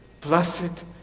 blessed